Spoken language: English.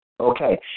Okay